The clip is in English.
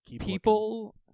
People